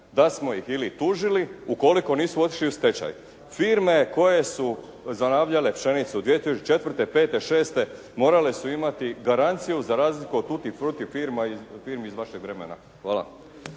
da smo ih ili tužili ukoliko nisu otišli u stečaj. Firme koje su … /Govornik se ne razumije./ … pšenicu 2004., pete, šeste morale su imati garanciju za razliku od «Tuti fruti» firma i firmi iz vašeg vremena. Hvala.